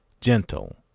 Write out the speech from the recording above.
gentle